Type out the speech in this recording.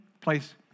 place